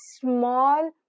small